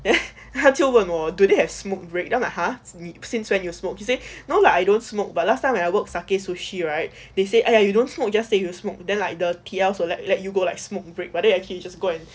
then 他就问我 do they have smoke break then I like !huh! since when you smoke you say no lah I don't smoke but last time I work sakae sushi right they say !aiya! you don't smoke just say you smoke then like the T_L will let you go like smoke break but you can just go and